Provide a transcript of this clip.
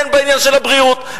הן בעניין של הבריאות,